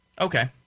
Okay